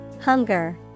Hunger